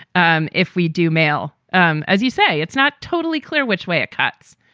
um if we do mail, um as you say, it's not totally clear which way it cuts.